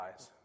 eyes